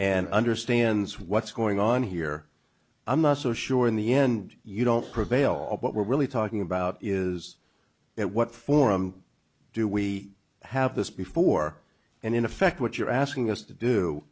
and understands what's going on here i'm not so sure in the end you don't prevail on what we're really talking about is that what forum do we have this before and in effect what you're asking us to do